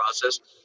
process